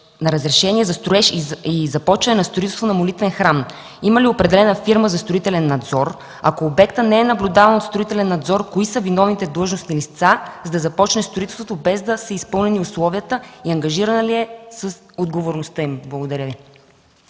на разрешение за строеж и започване на строителство на молитвен храм? Има ли определена фирма за строителен надзор? Ако обектът не е наблюдаван от строителен надзор, кои са виновните длъжностни лица, за да започне строителството, без да са изпълнени условията и ангажирани ли са с отговорността? Благодаря Ви.